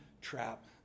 trap